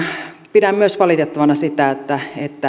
pidän valitettavana sitä että